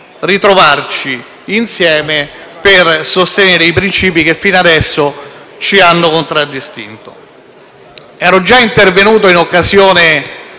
ritrovarci insieme per sostenere i princìpi che fino ad ora ci hanno contraddistinto. Ero già intervenuto in occasione